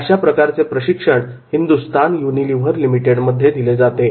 अशा प्रकारचे प्रशिक्षण हिंदुस्तान युनिलिव्हर लिमिटेड मध्ये दिले जाते